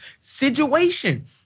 situation